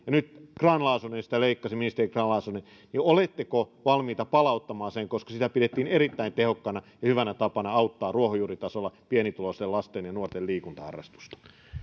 ja nyt ministeri grahn laasonen sitä leikkasi niin oletteko valmiita palauttamaan sen koska sitä pidettiin erittäin tehokkaana ja hyvänä tapana auttaa ruohonjuuritasolla pienituloisten lasten ja nuorten liikuntaharrastusta